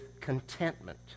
contentment